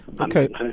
Okay